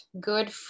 good